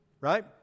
right